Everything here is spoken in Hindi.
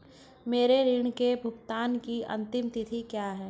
मेरे ऋण के भुगतान की अंतिम तिथि क्या है?